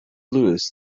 louis